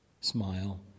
smile